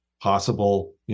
possible